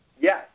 Yes